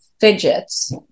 fidgets